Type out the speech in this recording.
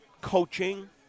coaching